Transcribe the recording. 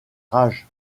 rage